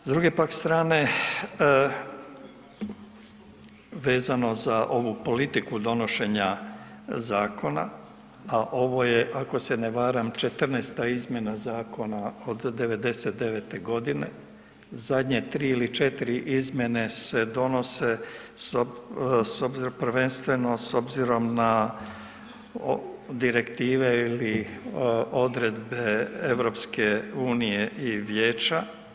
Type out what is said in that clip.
S druge pak strane, vezano za ovu politiku donošenja zakona, a ovo je ako se ne varam 14-ta izmjena zakona od '99. godine, zadnje 3 ili 4 izmjene se donose s obzirom, prvenstveno s obzirom na direktive ili odredbe EU i vijeća.